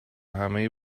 همه